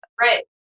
Right